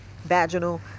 vaginal